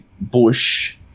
bush